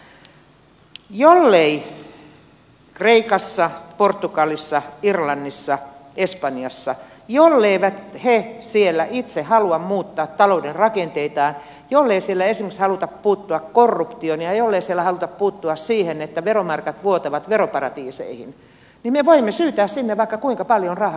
jollei kreikassa portugalissa irlannissa espanjassa itse haluta muuttaa talouden rakenteita jollei siellä esimerkiksi haluta puuttua korruptioon ja jollei siellä haluta puuttua siihen että veromarkat vuotavat veroparatiiseihin niin me voimme syytää sinne vaikka kuinka paljon rahaa